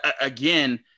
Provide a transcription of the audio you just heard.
again